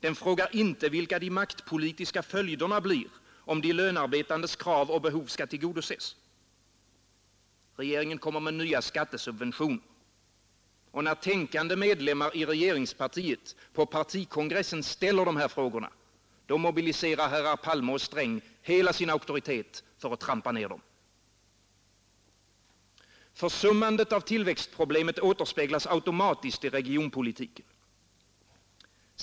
Den frågar inte vilka de maktpolitiska följderna blir om de lönarbetandes krav och behov skall tillgodoses. Regeringen kommer med nya skattesubventioner. Och när tänkande medlemmar i regeringspartiet på partikongressen ställer de här frågorna, då mobiliserar herrar Palme och Sträng hela sin auktoritet för att trampa ner dem. Försummandet av tillväxtproblemet återspeglas automatiskt i regionpolitiken.